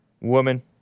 woman